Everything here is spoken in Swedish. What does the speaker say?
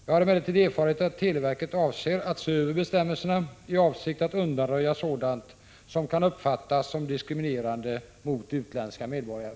Jag har erfarit att televerket avser att se över bestämmelserna i avsikt att undanröja sådant som kan uppfattas som diskriminerande mot utländska medborgare.